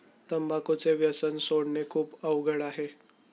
तंबाखूचे व्यसन सोडणे खूप अवघड आहे